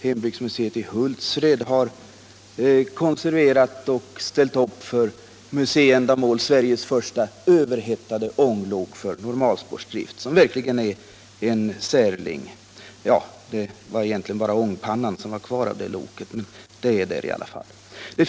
Hembygdsmuseet i Hultsfred har för museiändamål konserverat och ställt upp ett av Sveriges första överhettade ånglok för normalspårsdrift, som verkligen är en särling. Det är egentligen ångpannan som är kvar av det loket, men det är där i alla fall.